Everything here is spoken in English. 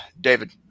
David